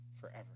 forever